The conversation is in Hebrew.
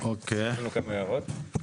יש לנו כמה הערות.